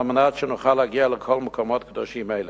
על מנת שנוכל להגיע לכל המקומות הקדושים האלה.